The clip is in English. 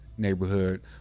neighborhood